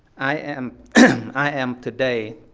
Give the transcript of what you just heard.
i am i am today